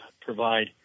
provide